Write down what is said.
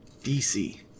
dc